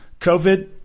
covid